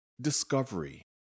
Discovery